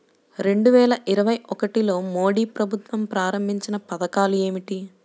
రెండు వేల ఇరవై ఒకటిలో మోడీ ప్రభుత్వం ప్రారంభించిన పథకాలు ఏమిటీ?